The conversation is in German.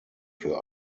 für